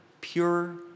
pure